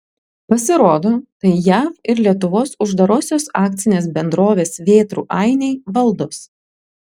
pasirodo tai jav ir lietuvos uždarosios akcinės bendrovės vėtrų ainiai valdos